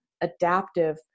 adaptive